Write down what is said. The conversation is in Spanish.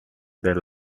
del